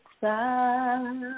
side